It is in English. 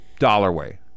Dollarway